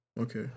Okay